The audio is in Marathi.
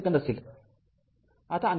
२ सेकंद असेल